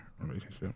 relationship